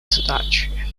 задачи